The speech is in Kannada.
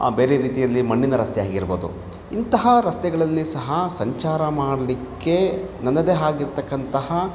ಬೇರೆ ರೀತಿಯಲ್ಲಿ ಮಣ್ಣಿನ ರಸ್ತೆ ಆಗಿರ್ಬೌದು ಇಂತಹ ರಸ್ತೆಗಳಲ್ಲಿ ಸಹ ಸಂಚಾರ ಮಾಡಲಿಕ್ಕೆ ನನ್ನದೇ ಆಗಿರ್ತಕ್ಕಂತಹ